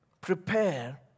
Prepare